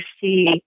see